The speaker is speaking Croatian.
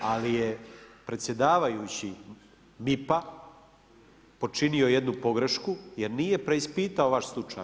Ali, je predsjedavajući MIP-a počinio jednu pogrešku, jer nije preispitao vaš slučaj.